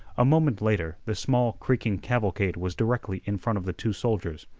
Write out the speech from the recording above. a moment later the small, creaking cavalcade was directly in front of the two soldiers.